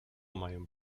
mają